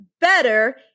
Better